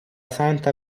santa